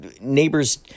neighbors